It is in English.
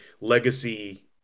legacy